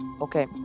Okay